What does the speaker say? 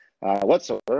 whatsoever